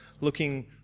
looking